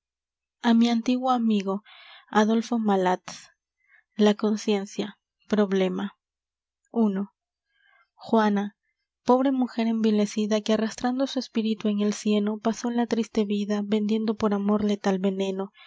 á mi antiguo amigo adolfo malats la conciencia problema i juana pobre mujer envilecida que arrastrando su espíritu en el cieno pasó la triste vida vendiendo por amor letal veneno